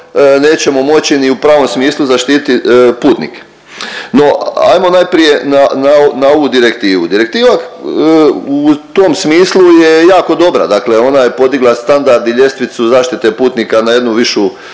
nećemo moći ni u pravom smislu zaštititi putnike. No, ajmo najprije na ovu direktivu. Direktiva u tom smislu je jako dobra, dakle ona je podigla standard i ljestvicu zaštite putnika na jednu višu,